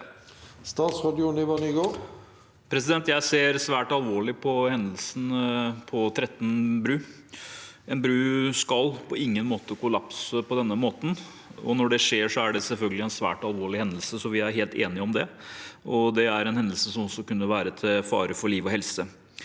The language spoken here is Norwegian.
Statsråd Jon-Ivar Nygård Jeg ser svært alvorlig på hendelsen på Tretten bru. En bru skal på ingen måte kollapse på denne måten. Når det skjer, er det selvfølgelig en svært alvorlig hendelse, så vi er helt enige om det. Det er en hendelse som også kunne vært til fare for liv og helse,